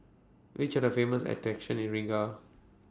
Which Are The Famous attractions in Riga